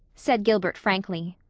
said gilbert frankly,